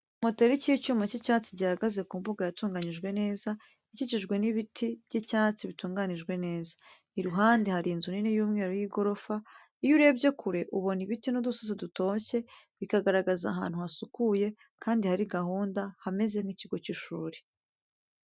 Ikimoteri cy'icyuma cy'icyatsi gihagaze ku mbuga yatunganyijwe neza, ikikijwe n'ibiti by'ibyatsi bitunganijwe neza, iruhande hari inzu nini y'umweru y'igorofa. Iyo urebye kure, ubona ibiti n'udusozi dutoshye, bikagaragaza ahantu hasukuye, kandi hari gahunda, hameze nk'ikigo cy'ishuri.